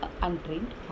untrained